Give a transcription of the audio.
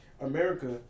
America